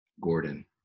gordon